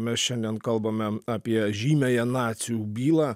mes šiandien kalbame apie žymiąją nacių bylą